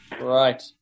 Right